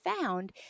found